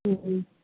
हम्म